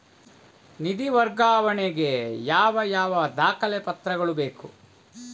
ನಿಧಿ ವರ್ಗಾವಣೆ ಗೆ ಯಾವ ಯಾವ ದಾಖಲೆ ಪತ್ರಗಳು ಬೇಕು?